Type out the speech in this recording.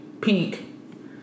Pink